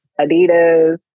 Adidas